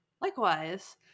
Likewise